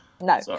No